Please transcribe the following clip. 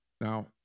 Now